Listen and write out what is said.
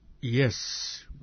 yes